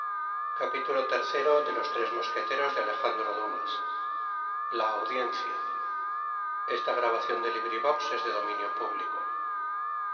atendida la audiencia